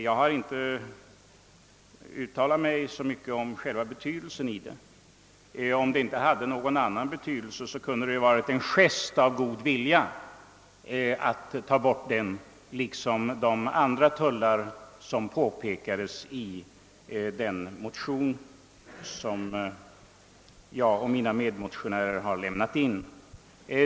Jag har inte främst uttalat mig om betydelsen härav, men om inte annat kunde det ha varit en gest av god vilja att ta bort denna tull liksom också de andra tullar som behandlats i den av mig och mina medmotionärer avgivna motionen.